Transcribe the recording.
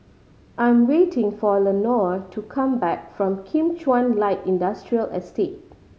I'm waiting for Lenore to come back from Kim Chuan Light Industrial Estate